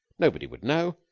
nobody would know,